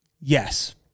Yes